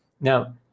Now